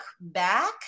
back